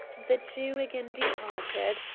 the jew again departed,